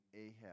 Ahab